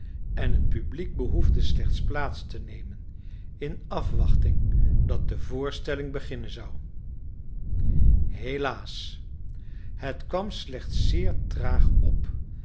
en het publiek behoefde slechts plaats te nemen in afwachting dat de voorstelling beginnen zou helaas het kwam slechts zeer traag op